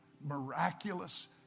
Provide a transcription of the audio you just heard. miraculous